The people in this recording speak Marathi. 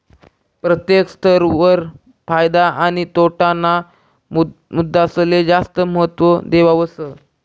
प्रत्येक स्तर वर फायदा आणि तोटा ना मुद्दासले जास्त महत्व देवावस